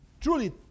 truly